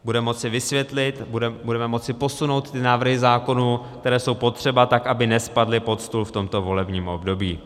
Bude moci vysvětlit, budeme moci posunout návrhy zákonů, které jsou potřeba, tak, aby nespadly pod stůl v tomto volebním období.